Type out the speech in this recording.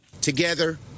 Together